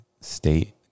state